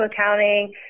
accounting